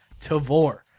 Tavor